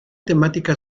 temática